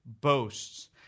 boasts